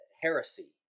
heresy